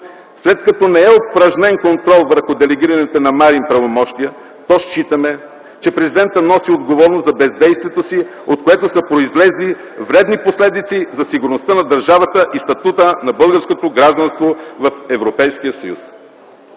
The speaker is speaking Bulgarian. След като не е упражнен контрол върху делегираните на Марин правомощия, то считаме, че президентът носи отговорност за бездействието си, от което са произлезли вредни последици за сигурността на държавата и статута на българското гражданство в Европейския съюз.